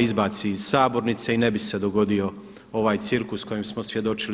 izbaci iz sabornice i ne bi se dogodio ovaj cirkus kojem smo svjedočili.